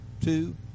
two